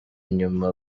nyuma